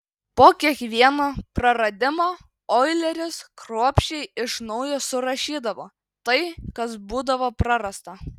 po kiekvieno praradimo oileris kruopščiai iš naujo surašydavo tai kas būdavo prarasta